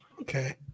Okay